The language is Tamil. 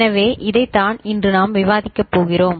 எனவே இதைத்தான் இன்று நாம் விவாதிக்கப் போகிறோம்